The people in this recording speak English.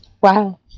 Wow